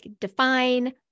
define